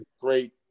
great